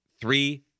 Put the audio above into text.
three